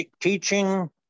teaching